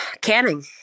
canning